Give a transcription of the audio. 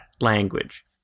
language